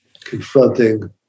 confronting